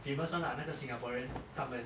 famous [one] lah 那个 singaporean 他们